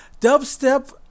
dubstep